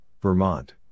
Vermont